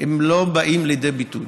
לא באים לידי ביטוי.